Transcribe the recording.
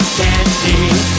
candy